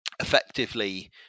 effectively